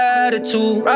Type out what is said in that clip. attitude